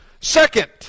Second